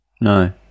No